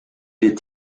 est